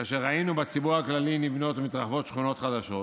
כאשר ראינו שבציבור הכללי נבנות ומתרחבות שכונות חדשות,